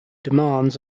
demands